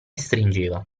stringeva